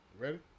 Ready